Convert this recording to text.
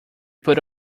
put